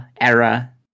era